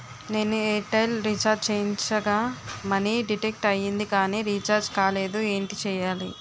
నేను Airtel recharge చేయించగా money deduct అయ్యింది కానీ రీఛార్జ్ కాలేదు ఏంటి చేయాలి?